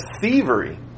thievery